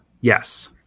yes